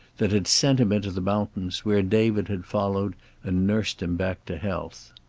that had sent him into the mountains, where david had followed and nursed him back to health.